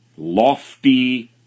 lofty